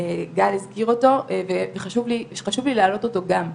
גל הזכיר אותו וחשוב לי להעלות אותו גם.